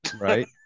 Right